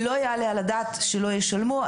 לא יעלה על הדעת שלא ישלמו,